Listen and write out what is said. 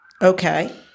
Okay